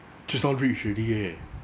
just now reach already eh